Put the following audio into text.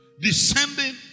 descending